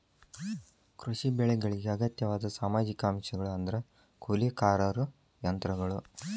ಕೃಷಿ ಬೆಳೆಗಳಿಗೆ ಅಗತ್ಯವಾದ ಸಾಮಾಜಿಕ ಅಂಶಗಳು ಅಂದ್ರ ಕೂಲಿಕಾರರು ಯಂತ್ರಗಳು